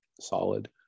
Solid